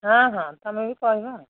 ହଁ ହଁ ତୁମେ ବି କହିବ ଆଉ